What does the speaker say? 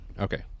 Okay